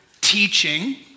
teaching